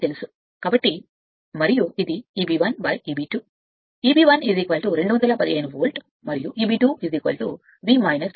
కాబట్టి మరియు ఇది Eb 1 Eb2 Eb 1 215 వోల్ట్ మరియు Eb 2 ఇది V 18